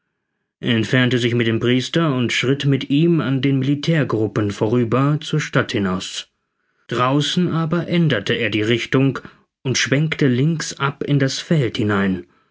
entfernte sich mit dem priester und schritt mit ihm an den militärgruppen vorüber zur stadt hinaus draußen aber änderte er die richtung und schwenkte links ab in das feld hinein